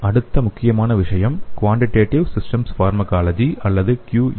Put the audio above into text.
அடுத்த முக்கியமான விஷயம் குவான்டிடேடிவ் சிஸ்டம்ஸ் பார்மகாலஜி அல்லது QSP